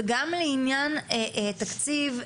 וגם לעניין תקציב,